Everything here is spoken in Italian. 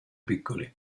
piccoli